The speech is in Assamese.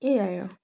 এয়াই আৰু